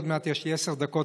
עוד מעט יש לי עשר דקות,